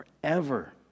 forever